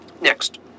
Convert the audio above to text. next